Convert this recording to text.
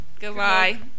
Goodbye